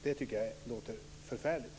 Det tycker jag låter förfärligt.